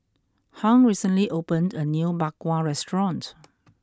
Hung recently opened a new Bak Kwa restaurant